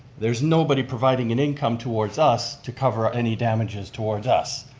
there's nobody providing an income towards us to cover any damages towards us.